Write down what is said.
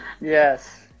Yes